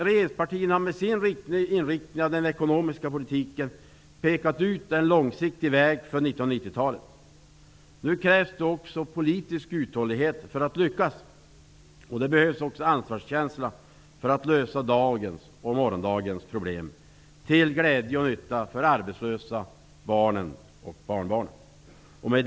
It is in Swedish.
Regeringspartierna har med sin inriktning av den ekonomiska politiken pekat ut en långsiktig väg för 1990-talet. Nu krävs det också politisk uthållighet för att man skall lyckas. Det behövs också ansvarskänsla för att man skall kunna lösa dagens och morgondagens problem till glädje och nytta för arbetslösa, barn och barnbarn. Fru talman!